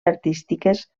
artístiques